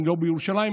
לא בירושלים,